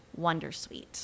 Wondersuite